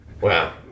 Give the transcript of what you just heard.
wow